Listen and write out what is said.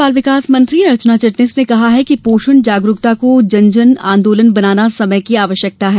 महिला बाल विकास मंत्री अर्चना चिटनिस ने कहा है कि पोषण जागरूकता को जन आंदोलन बनाना समय की आवश्यकता है